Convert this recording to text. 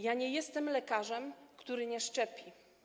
Ja nie jestem lekarzem, który nie szczepi.